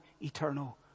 eternal